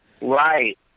Right